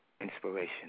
inspiration